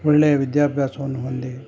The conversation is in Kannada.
ಒಳ್ಳೆಯ ವಿದ್ಯಾಭ್ಯಾಸವನ್ನು ಹೊಂದಿ